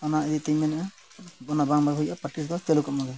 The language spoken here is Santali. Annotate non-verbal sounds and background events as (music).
ᱚᱱᱟ ᱤᱫᱤ ᱛᱤᱧ ᱢᱮᱱᱮᱜᱼᱟ ᱚᱱᱟ ᱵᱟᱝ (unintelligible) ᱦᱩᱭᱩᱜᱼᱟ ᱯᱨᱮᱠᱴᱤᱥ ᱫᱚ ᱪᱟᱹᱞᱩ ᱠᱚᱜᱢᱟᱜᱮ